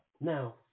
Now